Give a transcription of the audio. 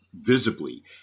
visibly